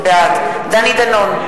בעד דני דנון,